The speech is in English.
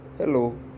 Hello